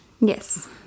Yes